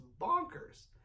bonkers